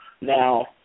Now